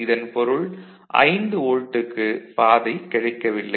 இதன் பொருள் 5 வோல்ட்டுக்கு பாதை கிடைக்கவில்லை